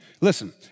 Listen